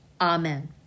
amen